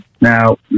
Now